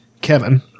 Kevin